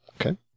Okay